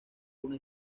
una